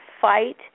fight